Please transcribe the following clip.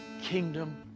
kingdom